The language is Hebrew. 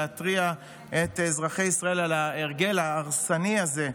להתריע בפני אזרחי ישראל על ההרגל ההרסני הזה,